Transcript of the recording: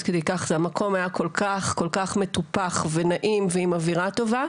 המקום היה כל כך מטופח ונעים, ועם אווירה טובה.